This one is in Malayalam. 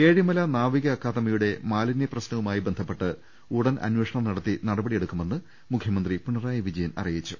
ഏഴിമല നാവിക അക്കാദമിയുടെ മാലിന്യ പ്രശ്നവുമായി ബന്ധ പ്പെട്ട് ഉടൻ അന്വേഷണം നടത്തി നടപടി സ്വീകരിക്കുമെന്ന് മുഖ്യമന്ത്രി പിണറായി വിജയൻ അറിയിച്ചു